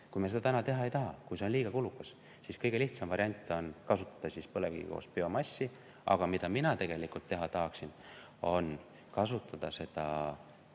Kui me seda teha ei taha, kui see on liiga kulukas, siis kõige lihtsam variant on kasutada põlevkiviga koos biomassi. Aga mida mina tegelikult teha tahaksin? Ma tahaksin kasutada seda